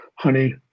honey